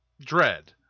dread